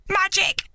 magic